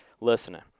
listening